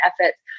efforts